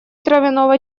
травяного